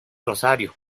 rosario